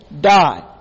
die